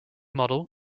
model